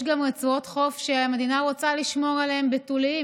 יש גם רצועות חוף שהמדינה רוצה לשמור עליהן כחופים בתוליים,